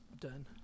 done